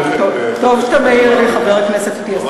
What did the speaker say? טוב שאתה מעיר לי, חבר הכנסת אטיאס.